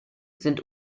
sind